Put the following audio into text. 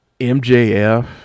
MJF